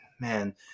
Man